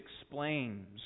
explains